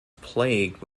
plagued